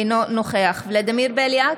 אינו נוכח ולדימיר בליאק,